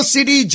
City